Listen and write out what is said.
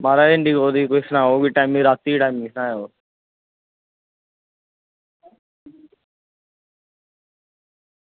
म्हाराज इंडिगो दी ते सनाओ मिगी रातीं दे टैमें दी सनाओ